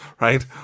right